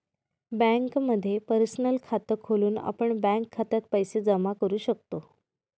बँकेमध्ये पर्सनल खात खोलून आपण बँक खात्यात पैसे जमा करू शकतो